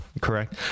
correct